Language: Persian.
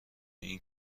این